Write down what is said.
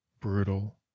brutal